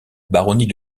baronnie